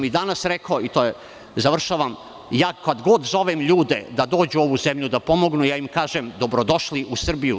I danas sam rekao, ja kad god zovem ljude da dođu u ovu zemlju da pomognu, ja im kažem – dobro došli u Srbiju.